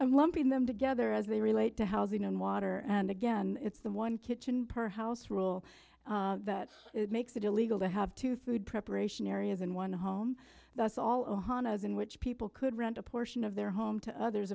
i'm lumping them together as they relate to housing and water and again it's the one kitchen per house rule that makes it illegal to have two food preparation areas in one home that's all ohana as in which people could rent a portion of their home to others